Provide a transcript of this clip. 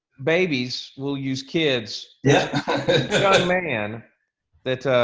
babies will use kids. yeah. got a man that,